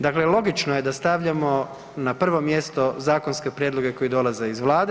Dakle, logično je da stavljamo na prvo mjesto zakonske prijedloge koji dolaze iz Vlade.